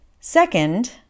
Second